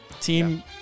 Team